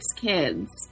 Kids